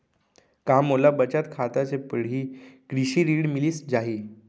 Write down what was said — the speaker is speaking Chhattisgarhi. का मोला बचत खाता से पड़ही कृषि ऋण मिलिस जाही?